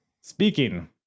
speaking